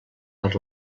per